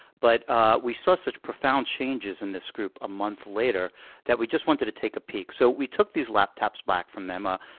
but ah we saw such profound changes in this group a month later that we just wanted to take a peek. so we took these laptops back from them. ah